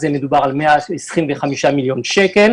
עליו מדובר עומד על 125 מיליון שקלים.